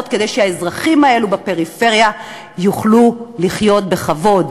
כדי שהאזרחים האלה בפריפריה יוכלו לחיות בכבוד,